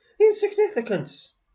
insignificance